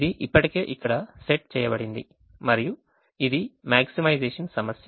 ఇది ఇప్పటికే ఇక్కడ సెట్ చేయబడింది మరియు ఇది maximization సమస్య